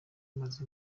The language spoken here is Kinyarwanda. maze